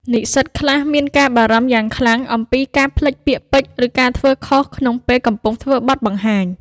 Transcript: និស្សិតខ្លះមានការបារម្ភយ៉ាងខ្លាំងអំពីការភ្លេចពាក្យពេចន៍ ឬការធ្វើខុសក្នុងពេលកំពុងធ្វើបទបង្ហាញ។